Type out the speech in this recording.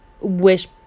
wish